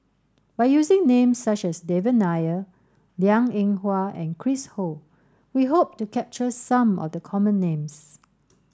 by using names such as Devan Nair Liang Eng Hwa and Chris Ho we hope to capture some of the common names